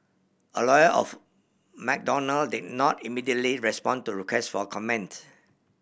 a lawyer of Madonna did not immediately respond to request for comments